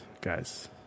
guys